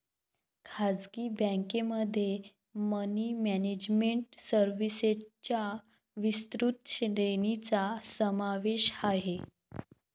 खासगी बँकेमध्ये money management सर्व्हिसेसच्या विस्तृत श्रेणीचा समावेश आहे